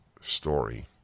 story